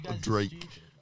Drake